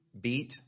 beat